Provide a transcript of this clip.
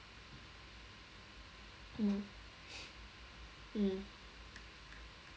mm mm